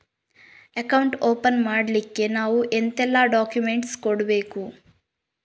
Account open ಮಾಡ್ಲಿಕ್ಕೆ ನಾವು ಎಂತೆಲ್ಲ ಡಾಕ್ಯುಮೆಂಟ್ಸ್ ಕೊಡ್ಬೇಕು?